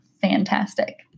fantastic